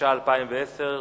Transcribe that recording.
התש"ע 2010,